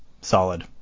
solid